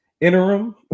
interim